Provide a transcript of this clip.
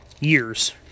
years